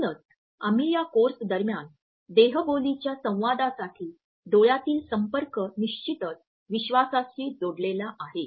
म्हणूनच आम्ही या कोर्स दरम्यान देहबोलीच्या संवादासाठी डोळ्यांतील संपर्क निश्चितच विश्वासाशी जोडलेला आहे